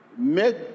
Make